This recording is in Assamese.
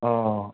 অঁ